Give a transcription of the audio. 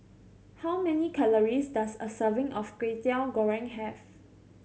how many calories does a serving of Kwetiau Goreng have